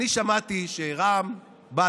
אני שמעתי שרע"מ-בל"ד